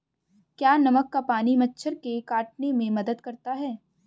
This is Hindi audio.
क्या नमक का पानी मच्छर के काटने में मदद करता है?